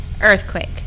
earthquake